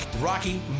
Rocky